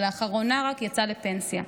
ולאחרונה רק יצא לפנסיה.